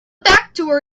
backdoor